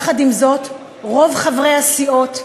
ויחד עם זאת, רוב חברי הסיעות,